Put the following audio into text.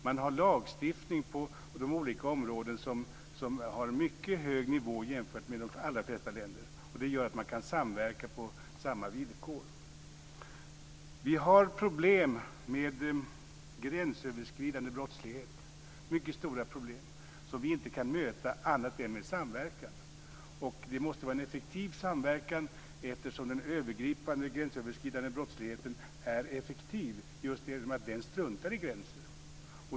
Man har lagstiftning på olika områden som har mycket hög nivå jämfört med de allra flesta länder. Det gör att man kan samverka på samma villkor. Vi har problem med gränsöverskridande brottslighet, mycket stora problem, som vi inte kan möta annat än med samverkan. Det måste vara en effektiv samverkan, eftersom den övergripande gränsöverskridande brottsligheten är effektiv just genom att den struntar i gränser.